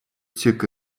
zirka